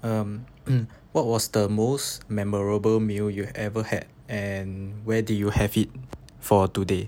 um what was the most memorable meal you ever had and where did you have it for today